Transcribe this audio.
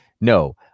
No